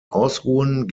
ausruhen